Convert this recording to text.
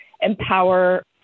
empower